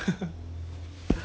被 hantam only ah 那边